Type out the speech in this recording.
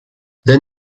then